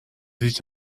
هیچ